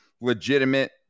legitimate